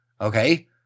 Okay